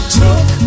took